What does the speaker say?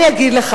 אני יודעת,